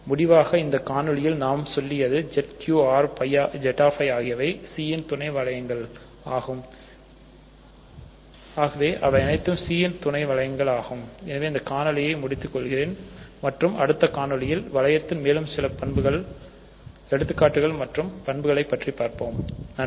முடிவாக இந்த காணொளியில் நாம் சொல்லியது Z Q R Zi ஆகியவை C ன் துணை வளையங்கள் ஆகும் எனவே இந்த காணொளியை முடித்துக்கொள்கிறேன் மற்றும் அடுத்த காணொளியில் வளையத்தின் மேலும் சில எடுத்துக்காட்டுகளை பார்ப்போம் மற்றும் வளையத்தின் பண்புகளையும் பார்ப்போம் நன்றி